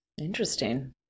Interesting